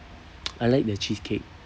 I like the cheesecake